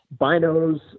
binos